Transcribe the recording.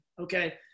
okay